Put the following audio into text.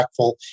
impactful